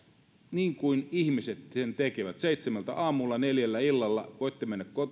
niin kuin ihmiset sen tekevät seitsemältä aamulla neljältä illalla voitte mennä